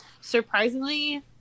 surprisingly